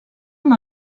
amb